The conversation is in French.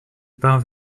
part